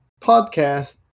podcast